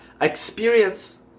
Experience